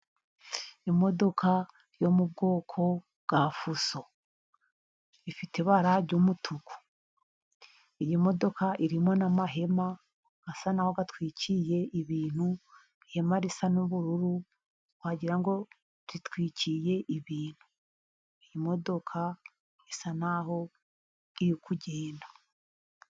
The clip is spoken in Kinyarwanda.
Imodoka yo mu bwoko bwa fuso ifite ibara ry'umutuku, iyi modoka irimo n'amahema asa n'aho atwikiriye ibintu, ihema risa n'ubururu wagira ngo ritwikiriye ibintu, iyi modoka isa n'aho iri kugenda.